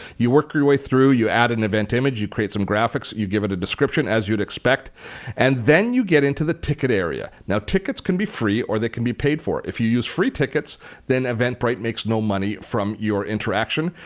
you work your way through. you add an event image. you create some graphics. you give it a description as you'd expect and then you get into the ticket area. now tickets can be free or they can be paid for. if you use free tickets then eventbrite makes no money from your interaction.